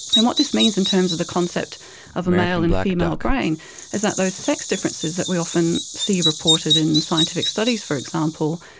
and what this means in terms of the concept of a male and female brain is that those sex differences that we often see reported in scientific studies, for example,